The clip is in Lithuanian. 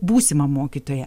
būsimą mokytoją